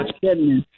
goodness